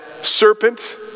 serpent